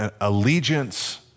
allegiance